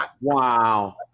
Wow